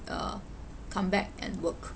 uh come back and work